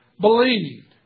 believed